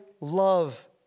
love